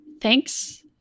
thanks